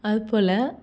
அதுப்போல்